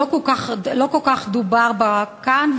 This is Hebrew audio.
שלא כל כך דובר בה כאן,